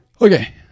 Okay